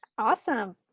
awesome!